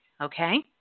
okay